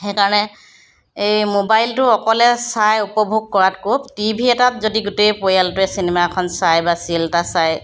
সেইকাৰণে এই মোবাইলটো অকলে চাই উপভোগ কৰাতকৈ টি ভি এটাত যদি গোটেই পৰিয়ালটোৱে চিনেমা এখন চাই বা ছিৰিয়েল এটা চায়